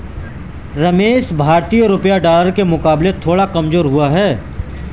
रमेश भारतीय रुपया डॉलर के मुकाबले थोड़ा कमजोर हुआ है